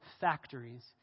factories